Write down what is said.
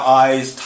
eyes